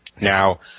Now